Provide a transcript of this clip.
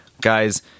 Guys